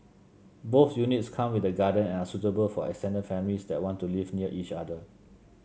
both units come with a garden and are suitable for extended families that want to live near each other